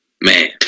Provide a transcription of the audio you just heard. man